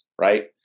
right